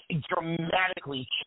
dramatically